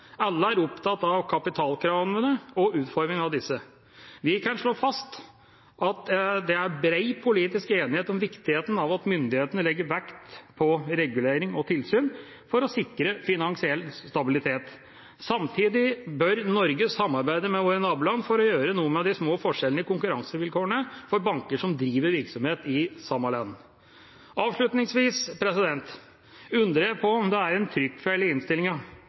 Alle er opptatt av kapitalkravene og utforming av disse. Vi kan slå fast at det er bred politisk enighet om viktigheten av at myndighetene legger vekt på regulering og tilsyn for å sikre finansiell stabilitet. Samtidig bør Norge samarbeide med våre naboland for å gjøre noe med de små forskjellene i konkurransevilkårene for banker som driver virksomhet i samme land. Avslutningsvis undrer jeg på om det er en trykkfeil i